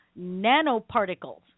nanoparticles